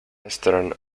western